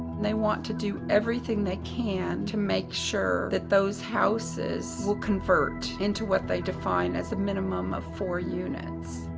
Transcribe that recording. they want to do everything they can to make sure that those houses will convert into what they define as a minimum of four units.